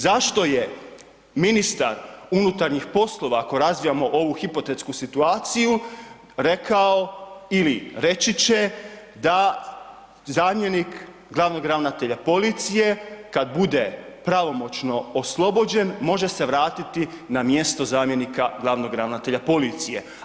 Zašto je ministar unutarnjih poslova, ako razvijamo ovu hipotetsku situaciju, rekao ili reći će da zamjenik glavnog ravnatelja policije kad bude pravomoćno oslobođen može se vratiti na mjesto zamjenika glavnog ravnatelja policije?